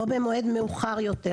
או במועד מאוחר יותר,